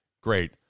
great